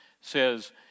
says